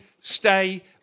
stay